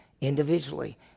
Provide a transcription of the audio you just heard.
individually